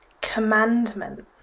commandment